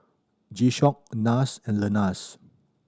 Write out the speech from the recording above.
G Shock Nars and Lenas